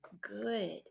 good